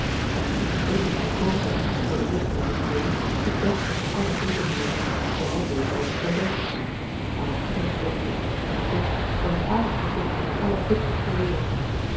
onroerende adolfine's keukenmeid kookte voor de zuster en de vriendin het beste van alle keukenmeiden vooral beter dan die van bertha adolfine's hondje een puck was het aardigste puckje van alle puckjes ter wereld